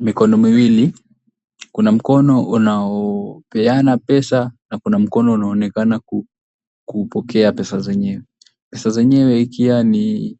Mikono miwili. Kuna mkono unaopeana pesa, na kuna mkono unaonekana kupokea pesa zenyewe. Pesa zenyewe ikiwa ni